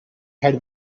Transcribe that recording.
had